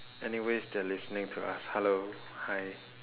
anyways they are listening to us hello hi